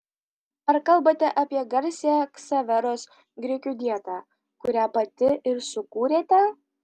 ar kalbate apie garsiąją ksaveros grikių dietą kurią pati ir sukūrėte